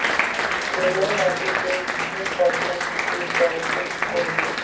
বেলে মাটিতে কি পদ্ধতিতে জলসেচ করব?